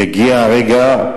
יגיע הרגע,